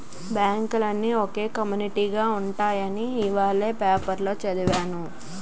బాంకులన్నీ ఒకే కమ్యునీటిగా ఉంటాయని ఇవాల పేపరులో చదివాను